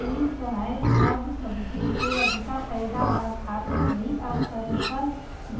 एही तरहे सब सब्जी के अधिका पैदावार खातिर भी अब संकर